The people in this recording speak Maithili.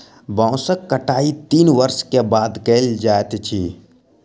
बांसक कटाई तीन वर्ष के बाद कयल जाइत अछि